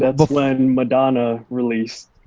that but when madonna released.